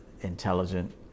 intelligent